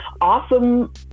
awesome